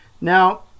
Now